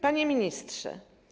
Panie Ministrze!